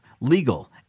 legal